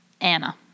Anna